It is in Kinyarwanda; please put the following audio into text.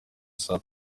saa